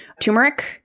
turmeric